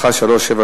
שאילתא מס' 1378,